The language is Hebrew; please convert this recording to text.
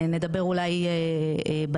נדבר אולי בהמשך.